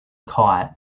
kite